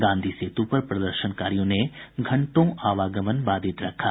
गांधी सेतु पर प्रदर्शनकारियों ने घंटों आवागमन बाधित रखा